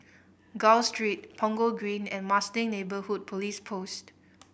Gul Street Punggol Green and Marsiling Neighbourhood Police Post